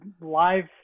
live